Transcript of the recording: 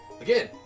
Again